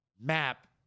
map